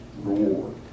reward